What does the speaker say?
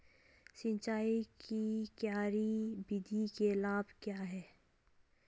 सिंचाई की क्यारी विधि के लाभ क्या हैं?